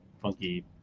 funky